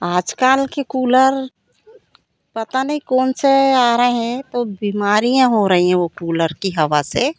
आज कल के कूलर पता नहीं कौन से आ रहे हैं तो बीमारियाँ हो रही हैं वह कूलर की हवा से